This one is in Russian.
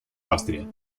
австрия